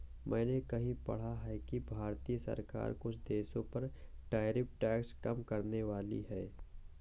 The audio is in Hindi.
मैंने कहीं पढ़ा है कि भारतीय सरकार कुछ देशों पर टैरिफ टैक्स कम करनेवाली है